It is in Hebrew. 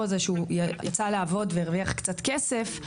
זה שהוא יצא לעבוד והרוויח קצת כסף,